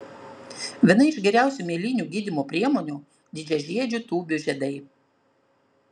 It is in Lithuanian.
viena iš geriausių mėlynių gydymo priemonių didžiažiedžių tūbių žiedai